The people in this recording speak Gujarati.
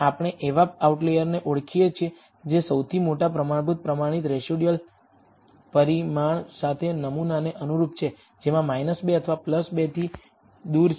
આપણે એવા આઉટલેયરને ઓળખીએ કે જે સૌથી મોટા પ્રમાણભૂત પ્રમાણિત રેસિડયુઅલ પરિમાણ સાથે નમૂનાને અનુરૂપ છે જેમાં 2 અથવા 2થી દૂર છે